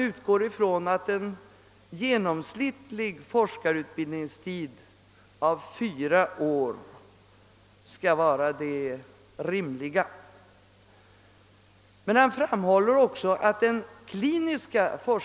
Vi måste få kämpa på lika villkor.